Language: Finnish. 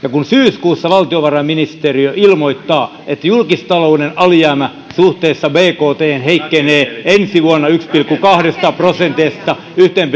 kun syyskuussa valtiovarainministeriö ilmoittaa että julkistalouden alijäämä suhteessa bkthen heikkenee ensi vuonna yhdestä pilkku kahdesta prosentista yhteen